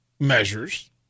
measures